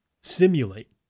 simulate